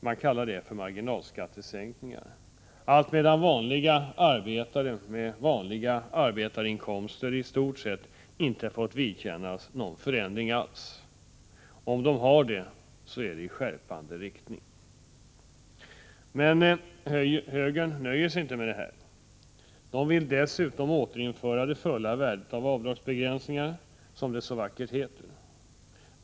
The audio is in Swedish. Man kallar detta för marginalskattesänkningar, alltmedan vanliga arbetare med vanliga arbetarinkomster i stort sett inte fått vidkännas någon förändring alls. Om de har fått vidkännas någon förändring så är det en skärpning. Men högern nöjer sig inte med detta. Moderaterna vill dessutom återinföra det fulla värdet av avdragsbegränsningen, som det så vackert heter.